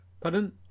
pardon